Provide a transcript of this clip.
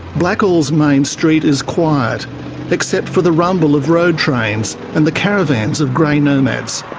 blackall's main street is quiet except for the rumble of road trains and the caravans of grey nomads.